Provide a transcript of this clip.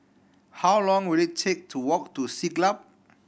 how long will it take to walk to Siglap